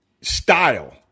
style